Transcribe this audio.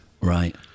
Right